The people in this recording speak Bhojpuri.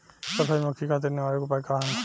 सफेद मक्खी खातिर निवारक उपाय का ह?